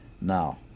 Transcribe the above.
Now